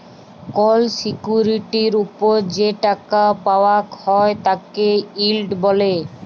call সিকিউরিটির ওপর যে টাকা পাওয়াক হ্যয় তাকে ইল্ড ব্যলে